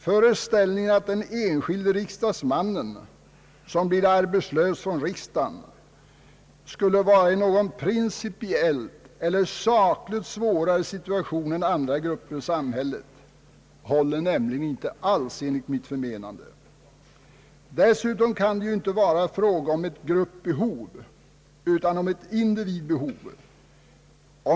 Föreställningen att den enskilde riksdagsmannen, som blir arbetslös från riksdagen, skulle vara i någon principiellt eller sakligt svårare situation än andra grupper i samhället håller nämligen inte alls enligt mitt förmenande. Dessutom kan det ju inte vara fråga om ett gruppbehov utan om ett individbehov.